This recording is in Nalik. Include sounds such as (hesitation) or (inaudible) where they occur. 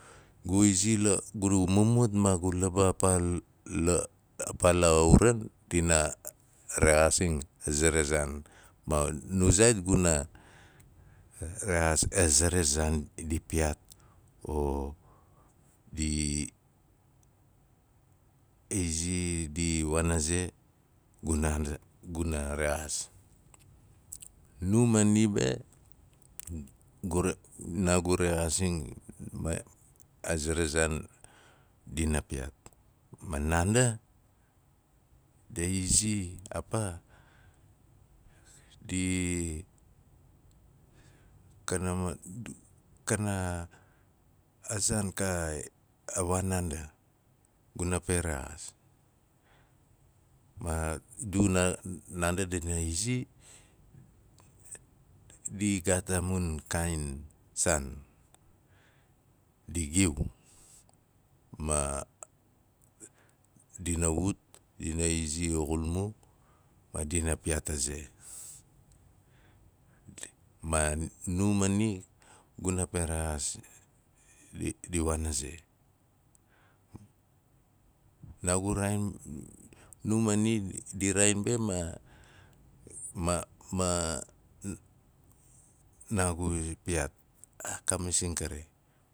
Gu izi la- gu mumut ma gu laba a paa la uran, dina rexaasing aze ra zaan, di piyaat o di izi di waan a ze guna (hesitation) guna rexaas. Nu ma ni be gure naagu rexaasing a ze razaan dina piyaat, ma naanda di zi a paa di- kana maa- kanaa a zaan ka waan naanda, guna rexaas, ma du naa- naandi dina izi (noise) di i gaat a mun kaain saan di giu maa dina piyaat aze. (noise) ma nu ma ni dina pe rexaas di waan aze. Naagu raain (noise) nu ma ni di raaijnj be ma- ma- ma (noise) naagu i piyaat ka masing kari.